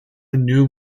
new